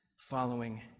following